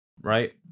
right